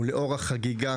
ולאור החגיגה